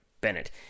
Bennett